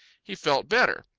he felt better.